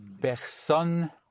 personne